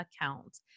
account